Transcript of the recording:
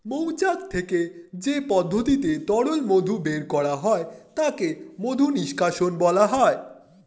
মৌচাক থেকে যে পদ্ধতিতে তরল মধু বের করা হয় তাকে মধু নিষ্কাশণ বলা হয়